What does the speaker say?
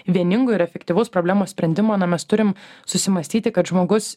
vieningo ir efektyvaus problemos sprendimo na mes turim susimąstyti kad žmogus